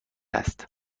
است